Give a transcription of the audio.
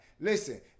Listen